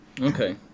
Okay